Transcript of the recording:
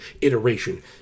iteration